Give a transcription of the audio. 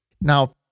Now